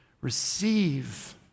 Receive